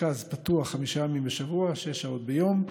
המרכז פתוח חמישה ימים בשבוע, שש שעות ביום,